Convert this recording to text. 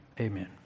Amen